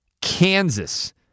Kansas